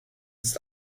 ist